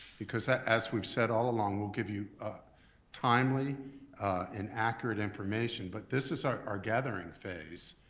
because that as we've said all along will give you timely and accurate information. but this is our gathering phase.